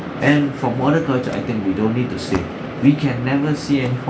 and for modern culture I think we don't need to say we can never see anyone